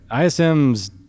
ISM's